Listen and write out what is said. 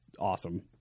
Awesome